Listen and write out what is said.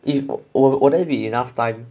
if will will there be enough time